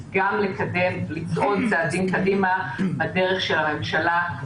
יש חשיבות גדולה מאוד להדריך את בתי המשפט,